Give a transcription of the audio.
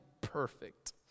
perfect